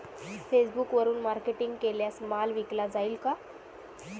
फेसबुकवरुन मार्केटिंग केल्यास माल विकला जाईल का?